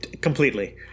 Completely